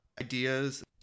ideas